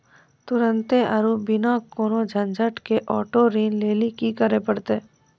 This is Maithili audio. तुरन्ते आरु बिना कोनो झंझट के आटो ऋण लेली कि करै पड़तै?